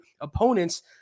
opponents